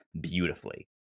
beautifully